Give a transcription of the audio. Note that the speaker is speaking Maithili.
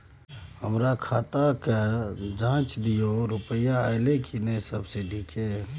हमर खाता के ज जॉंच दियो रुपिया अइलै की नय सब्सिडी के?